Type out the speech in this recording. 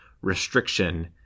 restriction